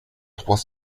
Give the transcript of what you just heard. trois